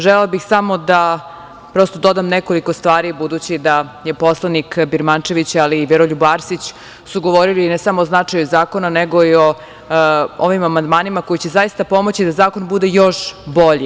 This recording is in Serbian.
Želela bih samo da prosto dodam nekoliko stvari, budući da su poslanik Birmančević, ali i Veroljub Arsić govorili ne samo o značaju zakona, nego i o ovim amandmanima koji će zaista pomoći da zakon bude još bolji.